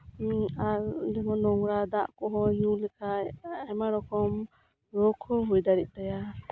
ᱱᱚᱝᱨᱟ ᱫᱟᱜ ᱠᱚᱦᱚᱸ ᱧᱩᱞᱮᱠᱷᱟᱱ ᱟᱭᱢᱟᱨᱚᱠᱚᱢ ᱨᱳᱜᱽᱦᱚᱸ ᱦᱳᱭᱫᱟᱲᱮᱭᱟᱜ ᱛᱟᱭᱟ